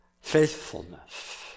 faithfulness